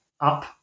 up